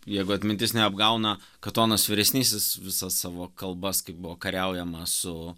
jeigu atmintis neapgauna katonas vyresnysis visas savo kalbas kai buvo kariaujama su